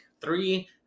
three